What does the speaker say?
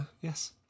Yes